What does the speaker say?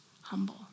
humble